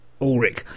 Ulrich